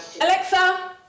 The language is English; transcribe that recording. Alexa